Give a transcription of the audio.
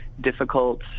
difficult